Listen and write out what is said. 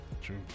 True